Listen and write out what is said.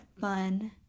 fun